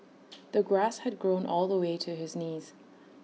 the grass had grown all the way to his knees